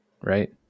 right